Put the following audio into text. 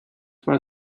were